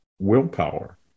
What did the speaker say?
willpower